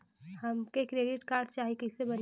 हमके credit card चाही कैसे बनी?